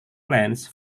plans